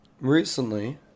recently